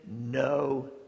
no